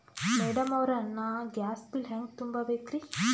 Madam ಅವ್ರ, ನಾ gas bill ಹೆಂಗ ತುಂಬಾ ಬೇಕ್ರಿ?